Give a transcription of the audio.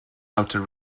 outer